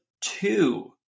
two